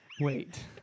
Wait